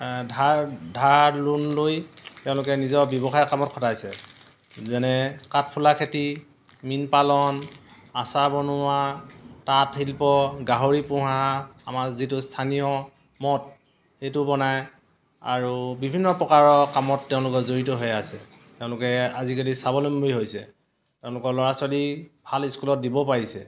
ধাৰ ধাৰ লোন লৈ তেওঁলোকে নিজৰ ব্যৱসায়ৰ কামত খটাইছে যেনে কাঠফুলা খেতি মীন পালন আচাৰ বনোৱা তাঁতশিল্প গাহৰি পোহা আমাৰ যিটো স্থানীয় মদ সেইটো বনায় আৰু বিভিন্ন প্ৰকাৰৰ কামত তেওঁলোকে জড়িত হৈ আছে তেওঁলোকে আজিকালি স্বাৱলম্বী হৈছে তেওঁলোকৰ ল'ৰা ছোৱালী ভাল স্কুলত দিব পাৰিছে